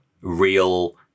real